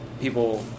people